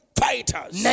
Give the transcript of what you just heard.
fighters